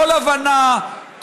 כל הבנה,